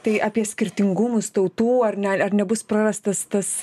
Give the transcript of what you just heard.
tai apie skirtingumus tautų ar ne ar nebus prarastas tas